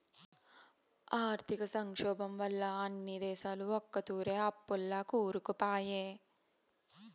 ఆర్థిక సంక్షోబం వల్ల అన్ని దేశాలు ఒకతూరే అప్పుల్ల కూరుకుపాయే